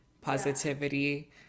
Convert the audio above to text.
positivity